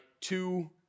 two